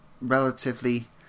relatively